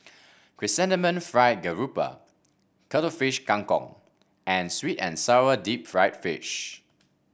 Chrysanthemum Fried Garoupa Cuttlefish Kang Kong and sweet and sour Deep Fried Fish